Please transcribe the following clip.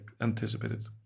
anticipated